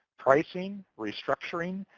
pricing, restructuring,